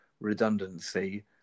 redundancy